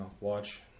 watch